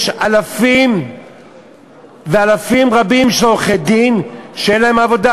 יש אלפים ואלפים רבים של עורכי-דין שאין להם עבודה